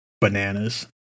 bananas